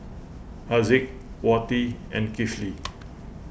Haziq Wati and Kifli